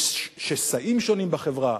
יש שסעים שונים בחברה,